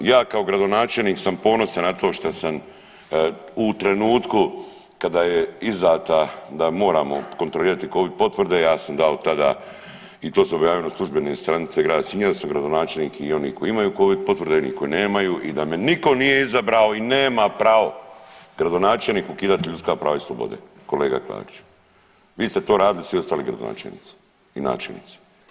Ja kao gradonačelnik sam ponosan na to što sam u trenutku kada je izdata da moramo kontrolirati covid potvrde ja sam dao tada i to su objavile službene stranice grada Sinja da su gradonačelnik i oni koji imaju covid potvrde i oni koji nemaju i da me niko nije izabrao i nema pravo gradonačelnik ukidat ljudska prava i slobode kolega Klariću, vi ste to radili i svi ostali gradonačelnici i načelnici.